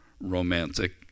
romantic